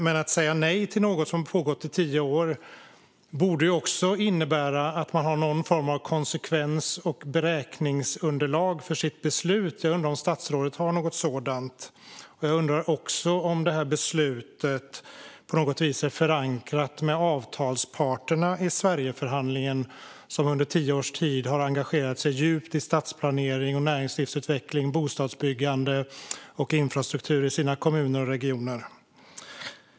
Men när man säger nej till något som pågått i tio år borde man också ha någon form av konsekvens och beräkningsunderlag för sitt beslut. Jag undrar om statsrådet har något sådant. Jag undrar också om beslutet på något vis är förankrat med avtalsparterna i Sverigeförhandlingen som under tio års tid har engagerat sig djupt i stadsplanering, näringslivsutveckling, bostadsbyggande och infrastruktur i sina kommuner och regioner.